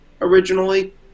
originally